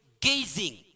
gazing